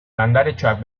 landaretxoak